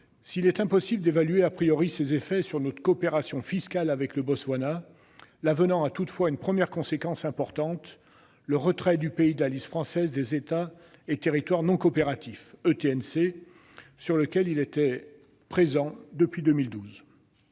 S'il est impossible d'évaluer ses effets sur notre coopération fiscale avec le Botswana, l'avenant a toutefois une première conséquence importante : le retrait du pays de la liste française des États et territoires non coopératifs, sur lequel il figurait depuis 2012.